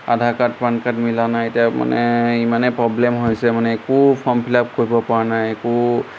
আধাৰ card PAN card মিলা নাই এতিয়া মানে ইমানেই প্ৰব্লেম হৈছে মানে একো ফৰ্ম ফিলাপ কৰিব পৰা নাই একো